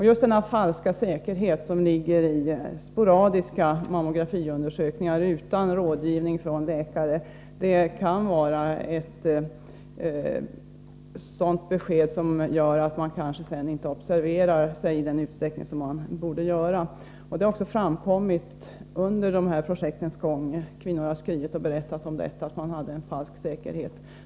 Just den falska säkerhet som ligger i besked från sporadiska mammografiundersökningar utan rådgivning från läkare kan vara sådant som gör att man sedan kanske inte observerar sig själv i den utsträckning som man borde göra. Detta har också framkommit under projektets gång genom att kvinnor har skrivit och berättat att de kände en falsk säkerhet.